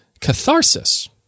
catharsis